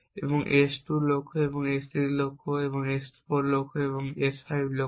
এবং S 2 লক্ষ্য এবং S 3 লক্ষ্য এবং S 4 লক্ষ্য এবং S 5 লক্ষ্য